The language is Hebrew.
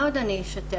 מה עוד אני אשתף?